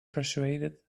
persuaded